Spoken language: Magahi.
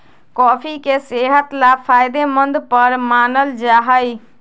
कॉफी के सेहत ला फायदेमंद पर मानल जाहई